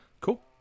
Cool